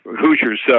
hoosiers